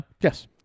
Yes